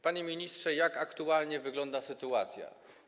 Panie ministrze jak aktualnie wygląda sytuacja?